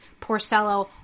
Porcello